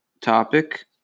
topic